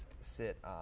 sit